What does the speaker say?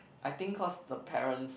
I think cause the parents